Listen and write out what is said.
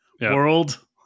world